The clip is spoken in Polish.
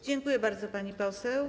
Dziękuję bardzo, pani poseł.